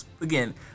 again